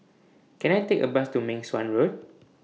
Can I Take A Bus to Meng Suan Road